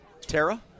Tara